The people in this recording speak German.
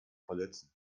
verletzen